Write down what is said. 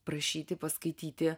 prašyti paskaityti